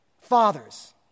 Fathers